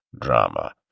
drama